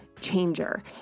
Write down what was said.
changer